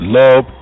love